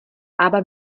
aber